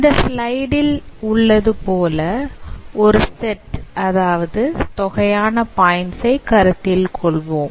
இந்த ஸ்லைடில் உள்ளது போல ஒரு செட் தொகையான பாயின்ட்ஸ் ஐ கருத்தில் கொள்வோம்